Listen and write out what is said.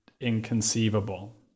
inconceivable